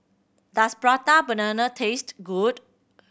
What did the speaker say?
does Prata Banana taste good